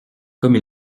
comme